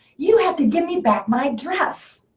you have to give me back my dress.